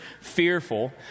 fearful